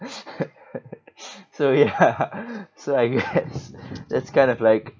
so ya so I guess that's kind of like